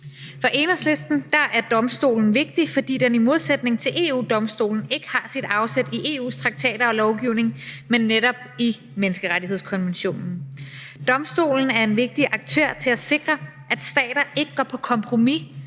For Enhedslisten er domstolen vigtig, fordi den i modsætning til EU-Domstolen ikke har sit afsæt i EU's traktater og lovgivning, men netop i menneskerettighedskonventionen. Domstolen er en vigtig aktør til at sikre, at stater ikke går på kompromis